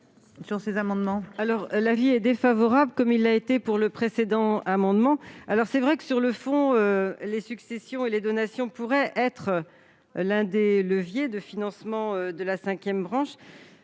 Sur ces amendements